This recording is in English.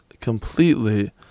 completely